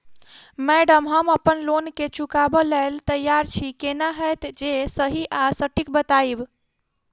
Madam हम अप्पन loan केँ चुकाबऽ लैल तैयार छी केना हएत जे सही आ सटिक बताइब?